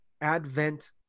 advent